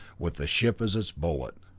with the ship as its bullet.